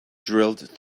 drilled